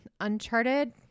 Uncharted